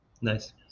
Nice